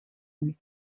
and